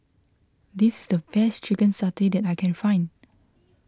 this is the best Chicken Satay that I can find